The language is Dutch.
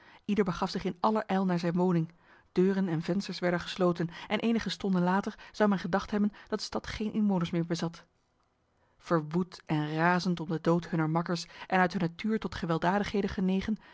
begaf zich in aller ijl naar zijn woning deuren en vensters werden gesloten en enige stonden later zou men gedacht hebben dat de stad geen inwoners meer bezat verwoed en razend om de dood hunner makkers en uit de natuur tot gewelddadigheden genegen